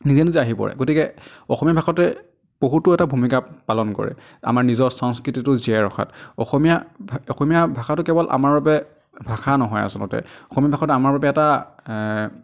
নিজে নিজে আহি পৰে গতিকে অসমীয়া ভাষাটোৱে বহুতো এটা ভূমিকা পালন কৰে আমাৰ নিজৰ সংস্কৃতিটো জীয়াই ৰখাত অসমীয়া ভা অসমীয়া ভাষাটো কেৱল আমাৰ বাবে ভাষা নহয় আচলতে অসমীয়া ভাষাটো আমাৰ বাবে এটা